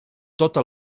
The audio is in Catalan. tota